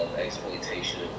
exploitation